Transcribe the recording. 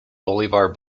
bolivar